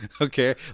Okay